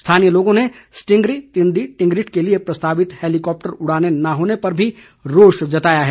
स्थानीय लोगों ने सटींगरी तिंदी टिंगरिट के लिए प्रस्तावित हैलीकॉप्टर उड़ानें न होने पर भी रोष जताया है